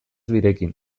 birekin